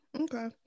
Okay